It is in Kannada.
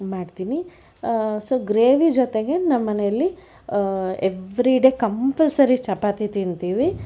ಮಾಡ್ತೀನಿ ಸೊ ಗ್ರೇವಿ ಜೊತೆಗೆ ನಮ್ಮನೆಯಲ್ಲಿ ಎವ್ರಿ ಡೇ ಕಂಪಲ್ಸರಿ ಚಪಾತಿ ತಿಂತೀವಿ